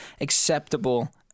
acceptable